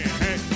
hey